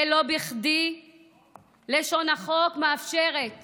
ולא בכדי לשון החוק מאפשרת